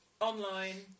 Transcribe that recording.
online